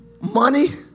money